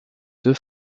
deux